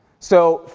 so,